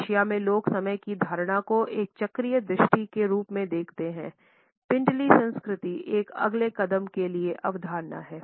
Asia में लोग समय की धारणा को एक चक्रीय दृष्टि के रूप में देखते हैं पिंडली संस्कृति एक अगले कदम के लिए अवधारणा हैं